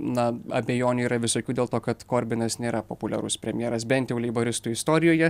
na abejonių yra visokių dėl to kad korbinas nėra populiarus premjeras bent jau leiboristų istorijoje